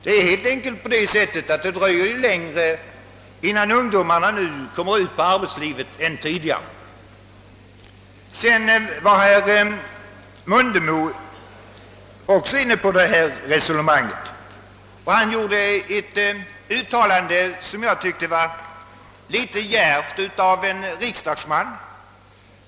Det är helt enkelt på det sättet att det numera dröjer längre än tidigare, innan ungdomarna kommer ut i förvärvsarbetet. Herr Mundebo var också inne på det här resonemanget, och han yttrade sig på ett sätt som jag tycker var litet djärvt av en riksdagsman.